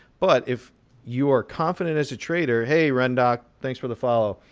but if you are confident as a trader hey, run doc, thanks for the follow.